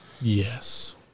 Yes